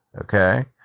okay